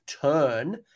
turn